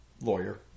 lawyer